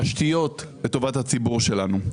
תשתיות לטובת הציבור שלנו.